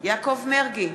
יעקב מרגי,